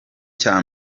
cya